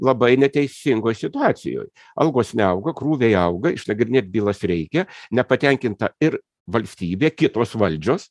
labai neteisingoj situacijoj algos neauga krūviai auga išnagrinėt bylas reikia nepatenkinta ir valstybė kitos valdžios